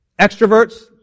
Extroverts